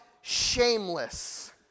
shameless